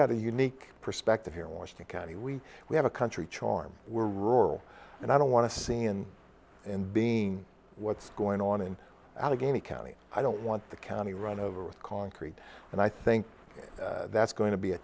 got a unique perspective here in washington county we we have a country charm we're rural and i don't want to see in and being what's going on in allegheny county i don't want the county run over with concrete and i think that's going to be a